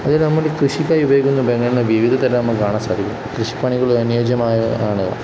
അതിൽ നമ്മൾ കൃഷിക്കായി ഉപയോഗിക്കുന്ന ഉപകരണങ്ങൾ വിവിധ തരം നമ്മൾക്ക് കാണാൻ സാധിക്കും കൃഷിപ്പണികൾ അനുയോജ്യമായവ ആണ്